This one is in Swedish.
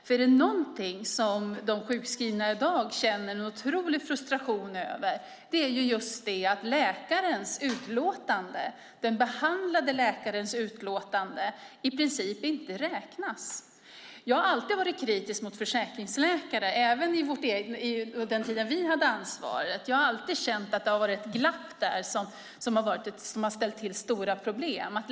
Om det är något som de sjukskrivna i dag känner en otrolig frustration över så är det att den behandlande läkarens utlåtande i princip inte räknas. Jag har alltid varit kritisk mot försäkringsläkare, även under den tid som vi hade ansvaret. Jag har alltid känt att det har varit ett glapp där som har ställt till stora problem.